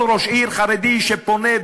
כל ראש עיר חרדי שפונה,